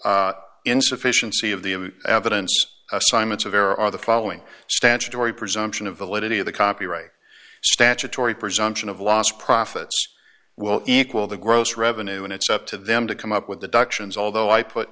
insufficiency of the evidence assignments of error are the following statutory presumption of the lady of the copyright statutory presumption of loss profits will equal the gross revenue and it's up to them to come up with the doctrines although i put